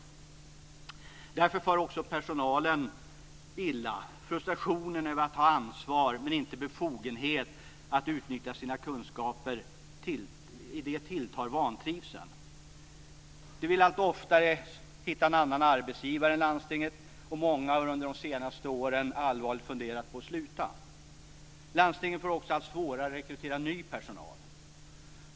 Därför far också personalen illa. I frustrationen över att ha ansvar men inte befogenhet att utnyttja sina kunskaper tilltar vantrivseln. Man vill allt oftare hitta en annan arbetsgivare än landstinget, och många har under de senaste åren allvarligt funderat på att sluta. Landstingen får allt svårare att rekrytera ny personal.